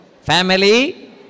family